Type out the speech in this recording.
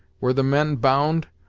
were the men bound,